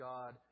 God